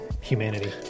humanity